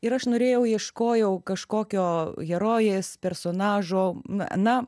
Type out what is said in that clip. ir aš norėjau ieškojau kažkokio herojės personažo na na